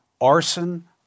arson